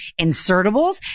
insertables